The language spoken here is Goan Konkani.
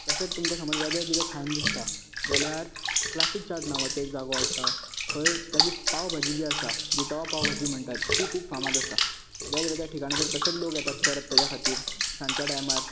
तशेच तुमकां समज वेगळे कितें खायन दिसता जाल्यार क्लासीक चार्ट नांवाचो एक जागो आसा थंय ताजी पाव भाजी जी आसा जी तवा पाव भाजी म्हणटा ती खूब फामाद आसा वेगवेगळ्या टिकाणाचेर तशेंच लोक येतात परत तेज्या खातीर सांच्या टायमार